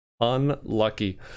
unlucky